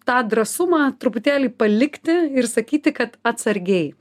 tą drąsumą truputėlį palikti ir sakyti kad atsargiai